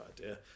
idea